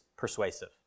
persuasive